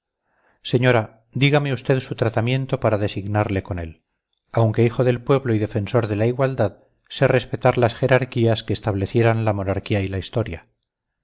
señora dígame usted su tratamiento para designarle con él aunque hijo del pueblo y defensor de la igualdad sé respetar las jerarquías que establecieran la monarquía y la historia